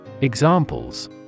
Examples